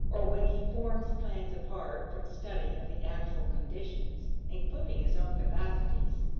or when he forms plans apart from study of the actual conditions, including his own capacities.